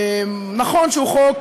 נכון שהוא חוק,